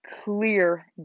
clear